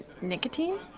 Nicotine